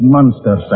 Monster